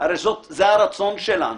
הרי זה הרצון שלנו.